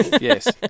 Yes